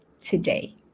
today